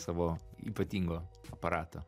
savo ypatingo aparato